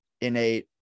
innate